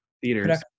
theaters